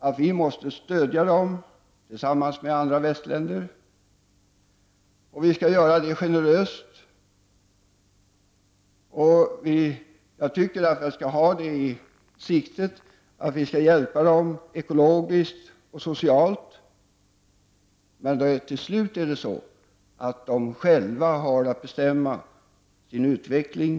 Sverige måste tillsammans med andra västländer stödja dessa länder, och det skall vi göra på ett generöst sätt. Vår inriktning bör vara att hjälpa dem ekologiskt och socialt, men de måste ändå själva bestämma utvecklingen.